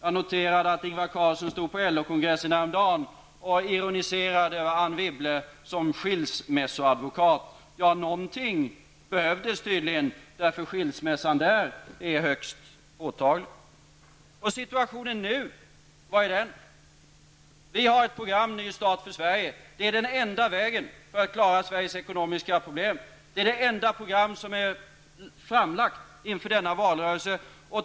Jag noterade att Ingvar Carlsson stod på LO-kongressen häromdagen och ironiserade över Anne Wibble som skilsmässoadvokat. Ja någonting behövdes tydligen för skilsmässan där är högst påtaglig. Och vad är situationen nu? Vi har ett program ''Ny start för Sverige''. Det är den enda vägen för att klara Sveriges ekonomiska problem. Det är det enda program som är framlagt inför denna valrörelse.